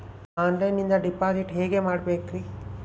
ಆನ್ಲೈನಿಂದ ಡಿಪಾಸಿಟ್ ಹೇಗೆ ಮಾಡಬೇಕ್ರಿ?